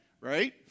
right